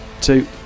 Two